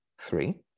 Three